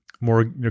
more